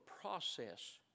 process